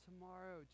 tomorrow